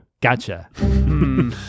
gotcha